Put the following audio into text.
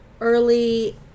early